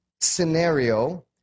scenario